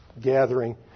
gathering